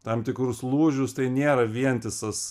tam tikrus lūžius tai nėra vientisas